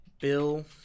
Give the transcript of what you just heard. Bill